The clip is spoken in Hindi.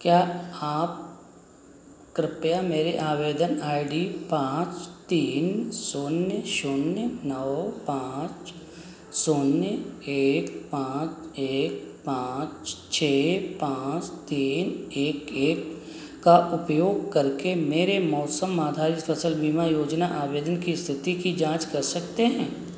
क्या आप कृपया मेरे आवेदन आई डी पाँच तीन शून्य शून्य नौ पाँच शून्य एक पाँच एक पाँच छह पाँच पाँच तीन एक एक का उपयोग करके मेरे मौसम आधारित फ़सल बीमा योजना आवेदन की इस्थिति की जाँच कर सकते हैं